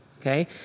okay